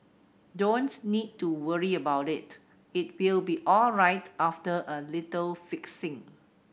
don't need to worry about it it will be alright after a little fixing